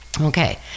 Okay